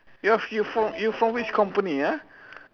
ya you from you from which company ah